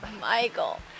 Michael